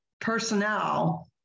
personnel